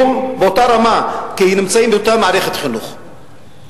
ההצעה בדבר חלוקת הצעת חוק המדיניות